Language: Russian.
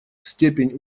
степень